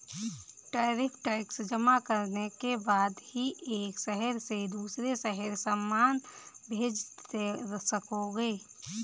tariff tax जमा करने के बाद ही एक शहर से दूसरे शहर सामान भेज सकोगे